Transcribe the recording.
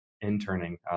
interning